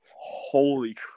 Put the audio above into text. Holy